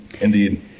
indeed